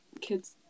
kids